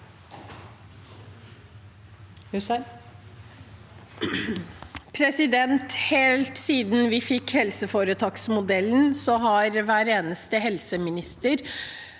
Helt siden vi fikk helseforetaksmodellen, har hver eneste helseminister